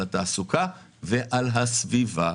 על התעסוקה ועל הסביבה.